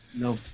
no